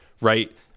right